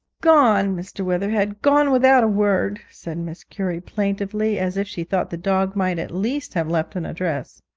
gone, mr. weatherhead gone without a word said mrs. currie, plaintively, as if she thought the dog might at least have left an address.